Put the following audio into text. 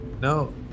No